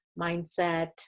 mindset